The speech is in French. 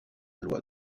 loi